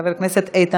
חבר הכנסת יהודה גליק,